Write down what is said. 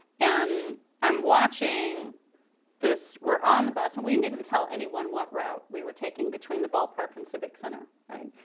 and i'm watching this we're on the bus. and we didn't tell anyone what route we were taking between the ballpark and civic center, right?